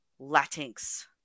Latinx